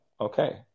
Okay